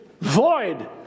void